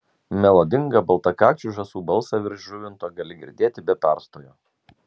melodingą baltakakčių žąsų balsą virš žuvinto gali girdėti be perstojo